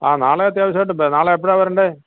ആ നാളെ അത്യാവശ്യം ഉണ്ട് നാളെ എപ്പളാണ് വരേണ്ടത്